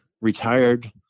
retired